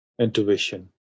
intuition